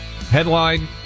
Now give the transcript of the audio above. Headline